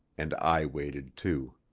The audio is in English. and i waited too.